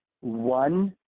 one